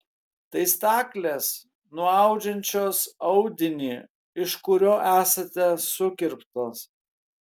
tai staklės nuaudžiančios audinį iš kurio esate sukirptos